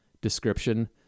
description